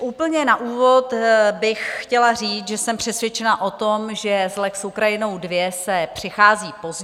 Úplně na úvod bych chtěla říct, že jsem přesvědčena o tom, že s lex Ukrajinou II se přichází pozdě.